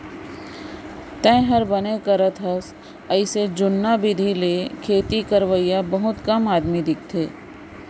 तैंहर बने करत हस अइसे जुन्ना बिधि ले खेती करवइया बहुत कम आदमी दिखथें